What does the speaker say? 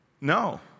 No